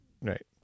Right